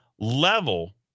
level